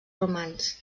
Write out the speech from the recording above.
romans